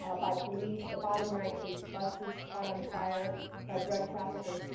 ah by police. the bottom right is buses caught on fire by drug traffickers.